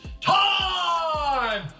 time